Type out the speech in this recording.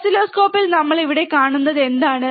ഓസിലോസ്കോപ്പിൽ നമ്മൾ ഇവിടെ കാണുന്നത് എന്താണ്